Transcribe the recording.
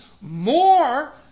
more